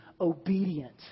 obedient